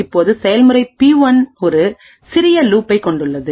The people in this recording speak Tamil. இப்போது செயல்முறை பி 1 ஒரு சிறிய லூப்பைகொண்டுள்ளது